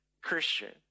Christian